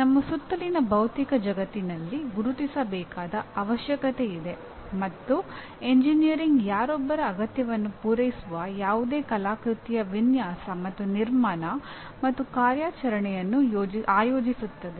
ನಮ್ಮ ಸುತ್ತಲಿನ ಭೌತಿಕ ಜಗತ್ತಿನಲ್ಲಿ ಗುರುತಿಸಬೇಕಾದ ಅವಶ್ಯಕತೆಯಿದೆ ಮತ್ತು ಎಂಜಿನಿಯರಿಂಗ್ ಯಾರೊಬ್ಬರ ಅಗತ್ಯವನ್ನು ಪೂರೈಸುವ ಯಾವುದೇ ಕಲಾಕೃತಿಯ ವಿನ್ಯಾಸ ಮತ್ತು ನಿರ್ಮಾಣ ಮತ್ತು ಕಾರ್ಯಾಚರಣೆಯನ್ನು ಆಯೋಜಿಸುತ್ತದೆ